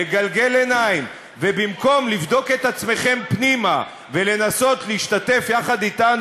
לגלגל עיניים ובמקום לבדוק את עצמכם פנימה ולנסות להשתתף יחד אתנו,